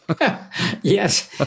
Yes